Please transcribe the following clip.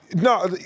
no